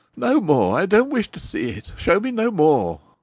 no more. i don't wish to see it. show me no more!